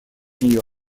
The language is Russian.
нее